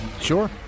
Sure